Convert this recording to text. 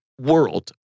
world